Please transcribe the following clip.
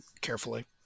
carefully